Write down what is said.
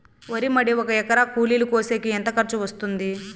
వరి మడి ఒక ఎకరా కూలీలు కోసేకి ఖర్చు ఎంత వస్తుంది?